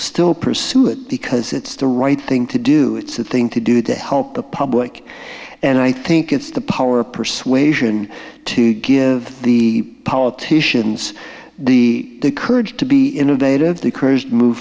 still pursue it because it's the right thing to do it's the thing to do to help the public and i think it's the power of persuasion to give the politicians the courage to be innovative